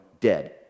Dead